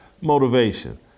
motivation